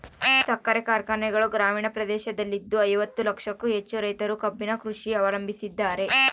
ಸಕ್ಕರೆ ಕಾರ್ಖಾನೆಗಳು ಗ್ರಾಮೀಣ ಪ್ರದೇಶದಲ್ಲಿದ್ದು ಐವತ್ತು ಲಕ್ಷಕ್ಕೂ ಹೆಚ್ಚು ರೈತರು ಕಬ್ಬಿನ ಕೃಷಿ ಅವಲಂಬಿಸಿದ್ದಾರೆ